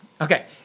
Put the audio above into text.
Okay